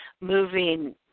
moving